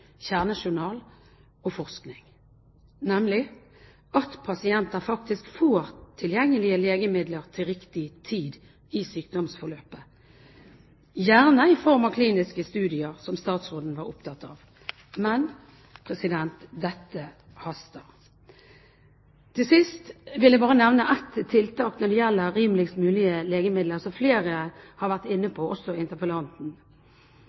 kjernejournal og forskning, nemlig at pasienter faktisk får tilgjengelige legemidler til riktig tid i sykdomsforløpet, gjerne i form av kliniske studier, som statsråden var opptatt av. Men dette haster. Til sist vil jeg bare nevne et tiltak når det gjelder rimeligst mulig legemidler, som flere har vært